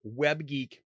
WebGeek